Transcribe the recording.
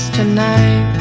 tonight